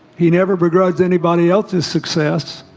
he never regretted anybody else's success